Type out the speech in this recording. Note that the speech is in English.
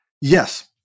Yes